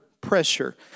pressure